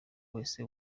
wese